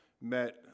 met